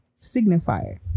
signifier